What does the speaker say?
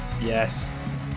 Yes